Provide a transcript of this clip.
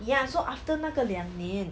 ya so after 那个两年